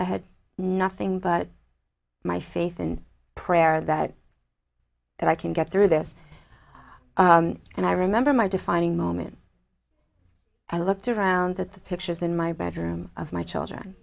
i had nothing but my faith in prayer that i can get through this and i remember my defining moment i looked around at the pictures in my bedroom of my children